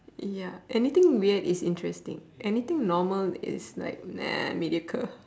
ya anything weird is interesting anything normal is like meh mediocre